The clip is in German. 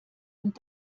und